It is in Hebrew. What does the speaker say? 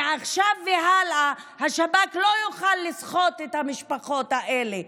מעכשיו והלאה השב"כ לא יוכל לסחוט את המשפחות האלה,